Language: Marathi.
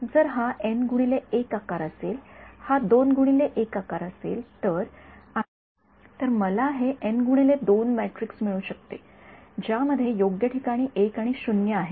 जर हा आकार असेल हा आकार असेल तर आणि मला हे मेट्रिक्स मिळू शकते ज्यामध्ये योग्य ठिकाणी १ आणि 0 आहेत